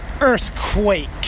earthquake